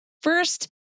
First